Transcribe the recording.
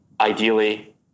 Ideally